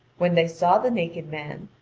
when they saw the naked man,